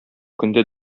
көндә